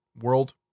world